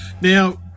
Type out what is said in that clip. now